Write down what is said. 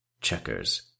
Checkers